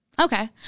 okay